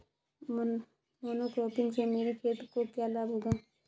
Monocropping से मेरी खेत को क्या लाभ होगा?